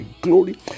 glory